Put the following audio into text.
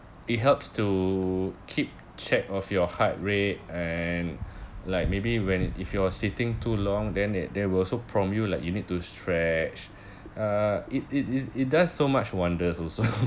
it helps to keep check of your heart rate and like maybe when if you're sitting too long then that they will also prompt you like you need to stretch uh it it it it does so much wonders also